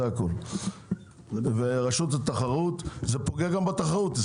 זה פוגע גם בתחרות.